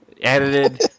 edited